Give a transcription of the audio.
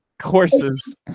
courses